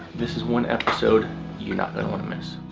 this is one episode you're not gonna wanna miss.